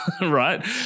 right